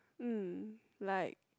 mm like